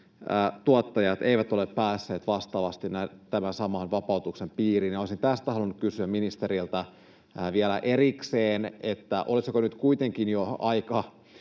tuottajat eivät ole päässeet vastaavasti tämän saman vapautuksen piiriin. Olisin tästä halunnut kysyä ministeriltä vielä erikseen: Olisiko nyt kuitenkin jo aika